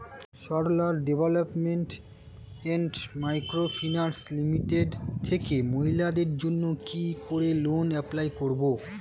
Sarala development and micro finance limited থেকে মহিলাদের জন্য কি করে লোন এপ্লাই করব?